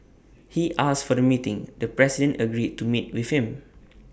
he asked for the meeting the president agreed to meet with him